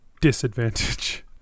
Disadvantage